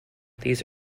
these